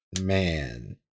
man